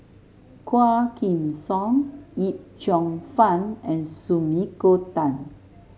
Quah Kim Song Yip Cheong Fun and Sumiko Tan